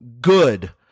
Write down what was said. good